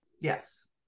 Yes